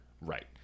Right